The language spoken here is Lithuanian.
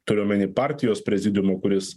turiu omeny partijos prezidiumo kuris